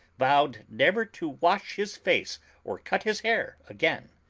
vowed never to wash his face or cut his hair again.